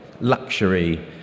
luxury